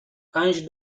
پنج